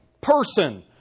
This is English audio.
person